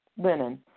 linen